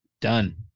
Done